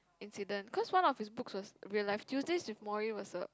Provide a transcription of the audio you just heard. incident cause one of his books was real life Tuesdays with Morrie was a